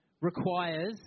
requires